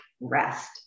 rest